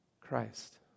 Christ